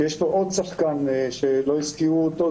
שיש לו עוד שחקן שלא הזכירו אותו,